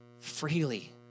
freely